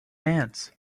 hands